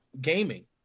gaming